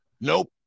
Nope